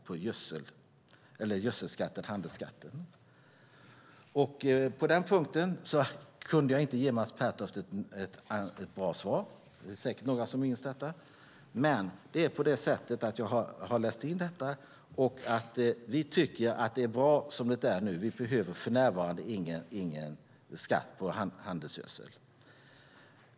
På denna punkt kunde jag alltså inte ge Mats Pertoft ett bra svar - det är säkert några som minns det - men jag har läst in detta. Vi tycker att det är bra som det är nu. Vi behöver för närvarande ingen skatt på handelsgödsel.